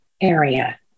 area